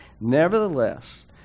nevertheless